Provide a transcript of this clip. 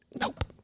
nope